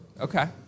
Okay